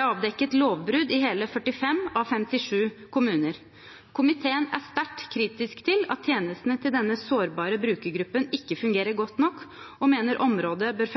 avdekket lovbrudd i hele 45 av 57 kommuner. Komiteen er sterkt kritisk til at tjenestene til denne sårbare brukergruppen ikke fungerer godt nok, og mener området bør